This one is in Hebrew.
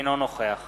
אינו נוכח